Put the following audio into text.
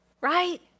right